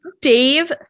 dave